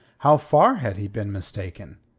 how far had he been mistaken?